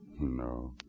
No